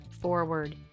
forward